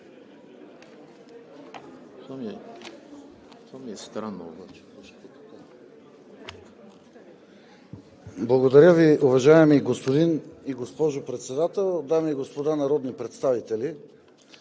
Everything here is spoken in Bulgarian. Благодаря Ви, уважаеми господин и госпожо Председател! Дами и господа народни представители,